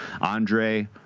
Andre